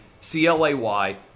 C-L-A-Y